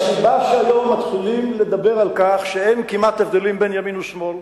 הסיבה שהיום מתחילים לדבר על כך שאין כמעט הבדלים בין ימין ושמאל,